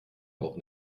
auch